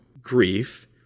grief